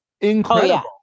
incredible